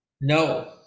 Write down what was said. No